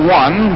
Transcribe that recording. one